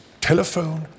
telephone